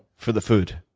for the food.